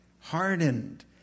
hardened